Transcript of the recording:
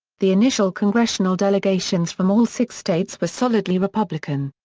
the initial congressional delegations from all six states were solidly republican.